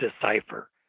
decipher